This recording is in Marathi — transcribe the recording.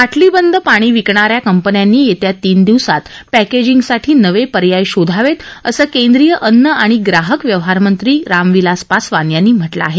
बाटलीबंद पाणी विकणाऱ्या कंपन्यांनी येत्या तीन दिवसात पॅकेजींगसाठी नवे पर्याय शोधावेत असं केंद्रीय अन्न आणि ग्राहक व्यवहार मंत्री राम विलास पासवान यांनी म्हटलं आहे